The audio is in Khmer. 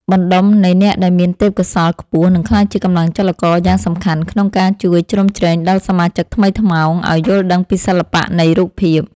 បណ្តុំនៃអ្នកដែលមានទេពកោសល្យខ្ពស់នឹងក្លាយជាកម្លាំងចលករយ៉ាងសំខាន់ក្នុងការជួយជ្រោមជ្រែងដល់សមាជិកថ្មីថ្មោងឱ្យយល់ដឹងពីសិល្បៈនៃរូបភាព។